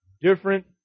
different